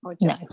no